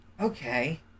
Okay